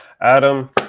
Adam